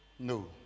no